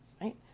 right